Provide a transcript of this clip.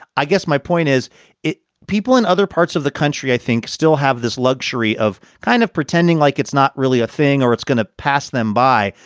i guess my point is it people in other parts of the country, i think still have this luxury of kind of pretending like it's not really a thing or it's going to pass them by.